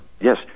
Yes